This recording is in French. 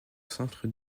centre